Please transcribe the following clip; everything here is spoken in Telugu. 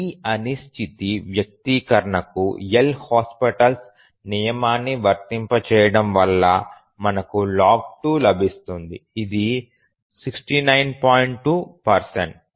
ఈ అనిశ్చిత వ్యక్తీకరణకు L'Hospitals నియమాన్ని వర్తింపజేయడం వల్ల మనకు log 2 లభిస్తుంది ఆది 69